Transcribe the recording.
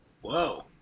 Whoa